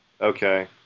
Okay